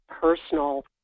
personal